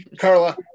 Carla